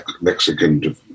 Mexican